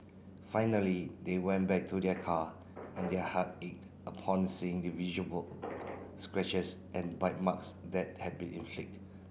finally they went back to their car and their heart ached upon seeing the visible scratches and bite marks that had been inflict